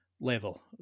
level